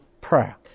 prayer